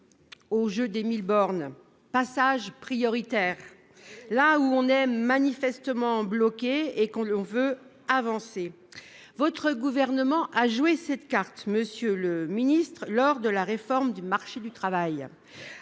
au jeu des Mille bornes : on la sort quand on est manifestement bloqué et que l'on veut avancer. Votre gouvernement a joué cette carte, monsieur le ministre, lors de la réforme du marché du travail.